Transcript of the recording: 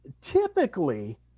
typically